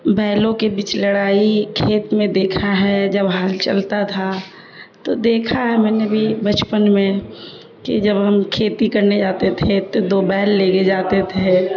بیلوں کے بیچ لڑائی کھیت میں دیکھا ہے جب ہل چلتا تھا تو دیکھا ہے میں نے بھی بچپن میں کہ جب ہم کھیتی کرنے جاتے تھے تو دو بیل لے کے جاتے تھے